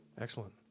Excellent